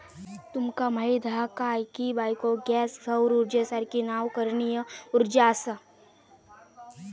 तुमका माहीत हा काय की बायो गॅस सौर उर्जेसारखी नवीकरणीय उर्जा असा?